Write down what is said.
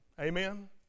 Amen